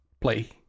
play